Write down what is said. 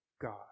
God